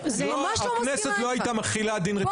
לא, הכנסת לא הייתה מחילה דין רציפות.